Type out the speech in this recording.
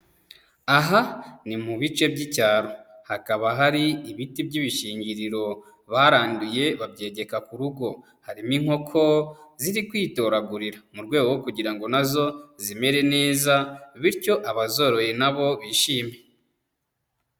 Aha ni mu bice by'icyaro, hakaba hari ibiti by'ibishingiriro baranduye babyegeka ku rugo, harimo inkoko ziri kwitoragurira mu rwego rwo kugira ngo na zo zimere neza, bityo abazoroye na bo bishime.